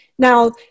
Now